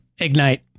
Ignite